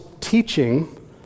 teaching